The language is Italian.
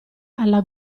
alla